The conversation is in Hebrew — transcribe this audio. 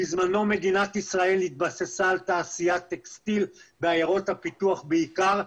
בזמנו מדינת ישראל התבססה על תעשיית טקסטיל בעיירות הפיתוח בעיקר,